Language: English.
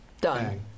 done